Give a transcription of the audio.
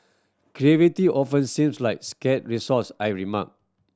often seems like scarce resource I remark